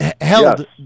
held